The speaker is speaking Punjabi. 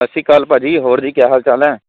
ਸਤਿ ਸ਼੍ਰੀ ਅਕਾਲ ਭਾਅ ਜੀ ਹੋਰ ਜੀ ਕਿਆ ਹਾਲ ਚਾਲ ਹੈ